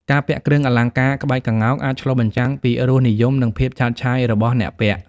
ការពាក់គ្រឿងអលង្ការក្បាច់ក្ងោក អាចឆ្លុះបញ្ចាំងពីរសនិយម និងភាពឆើតឆាយរបស់អ្នកពាក់។